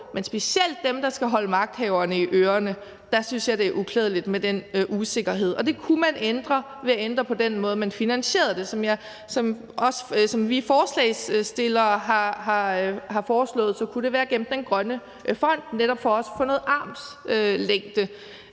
til dem, der skal holde magthaverne i ørerne, synes jeg, det er uklædeligt med den usikkerhed. Og det kunne man ændre ved at ændre på den måde, man finansierer det på, og som vi forslagsstillere har foreslået, skulle det være gennem den grønne fond for netop også at få noget armslængde